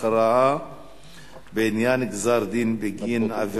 הרווחה והבריאות בעקבות דיון מהיר